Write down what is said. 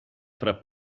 fra